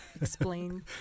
explain